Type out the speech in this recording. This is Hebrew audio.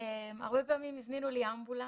הרבה פעמים הזמינו לי אמבולנס,